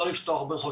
לא לפתוח בריכות,